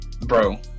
Bro